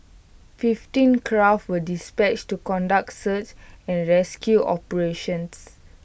fifteen craft were dispatched to conduct search and rescue operations